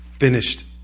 finished